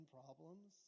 problems